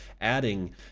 adding